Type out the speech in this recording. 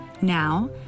Now